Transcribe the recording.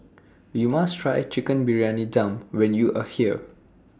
YOU must Try Chicken Briyani Dum when YOU Are here